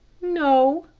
no,